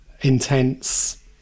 intense